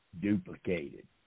Duplicated